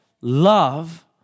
love